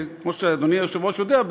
כמו שאדוני היושב-ראש יודע,